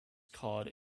card